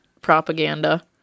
propaganda